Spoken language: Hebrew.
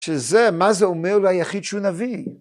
שזה מה זה אומר ליחיד שהוא נביא.